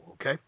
okay